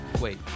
Wait